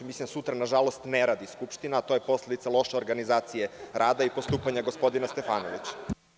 Mislim da sutra, nažalost, ne radi Skupština, a to je posledica loše organizacije rada i postupanja gospodina Stefanovića.